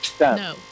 No